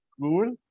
cool